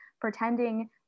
pretending